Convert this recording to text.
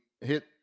hit